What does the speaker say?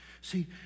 See